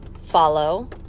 follow